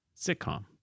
sitcom